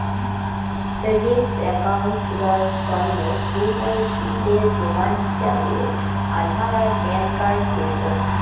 savings account খুলার তন্ন KYC এর প্রমাণ হিছাবে আধার আর প্যান কার্ড প্রয়োজন